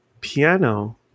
piano